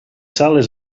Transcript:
sales